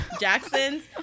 jackson's